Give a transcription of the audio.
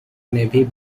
navy